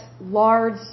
large